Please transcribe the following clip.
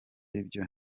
ibyo